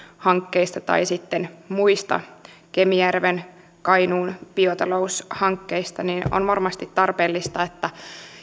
hankkeista tai sitten muista kemijärven ja kainuun biotaloushankkeista on varmasti tarpeellista että